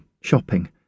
shopping